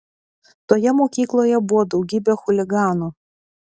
toje mokykloje buvo daugybė chuliganų